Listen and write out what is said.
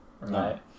right